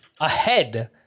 ahead